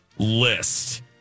list